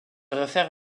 réfère